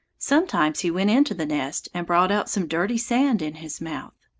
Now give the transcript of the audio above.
sometimes he went into the nest and brought out some dirty sand in his mouth.